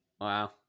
Wow